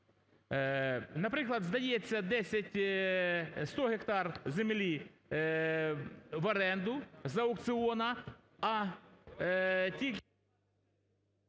Наприклад, здається 10, 100 гектар землі в оренду з аукціону, а ті…